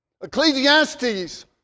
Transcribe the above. Ecclesiastes